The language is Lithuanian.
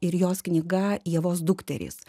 ir jos knyga ievos dukterys